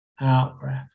out-breath